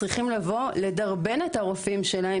צריכים לבוא לדרבן את הרופאים שלהם.